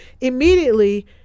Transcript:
immediately